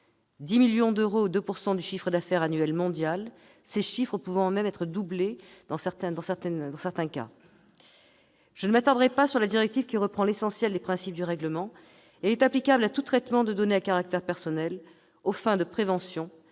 10 millions d'euros ou 2 % du chiffre d'affaires annuel mondial, chiffres pouvant même doubler dans certains cas ... Je ne m'attarderai pas sur la directive, qui reprend l'essentiel des principes du règlement et qui est applicable à tout traitement de données à caractère personnel aux fins de prévention,